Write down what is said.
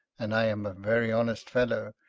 and i am a very honest fellow,